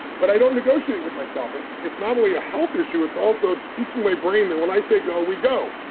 but i don't negotiate with myself. it's it's not only a health issue, it's also teaching my brain than when i say go, we go.